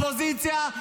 שנה וחצי באופוזיציה,